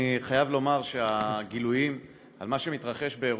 אני חייב לומר שהגילויים על מה שמתרחש באירופה,